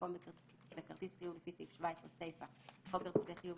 במקום "בכרטיס חיוב לפי סעיף 17 סיפה לחוק כרטיסי חיוב,